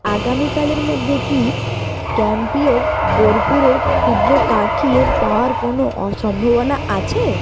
আগামীকালের মধ্যে কি ক্যাম্পিওর কর্পূরের ক্ষুদ্র কাঠিয়ের পাওয়ার কোনো অ সম্ভাবনা আছে